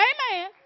Amen